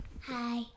hi